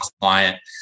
client